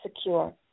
secure